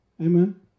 Amen